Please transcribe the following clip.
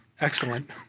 Excellent